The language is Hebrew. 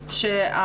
"שוט",